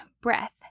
breath